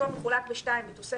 הלוואות שניתנו לאותה סיעה בתקופות